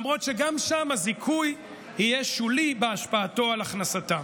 למרות שגם שם הזיכוי יהיה שולי בהשפעתו על הכנסתם.